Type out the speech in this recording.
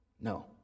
No